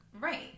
Right